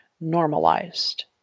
normalized